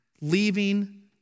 leaving